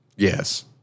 Yes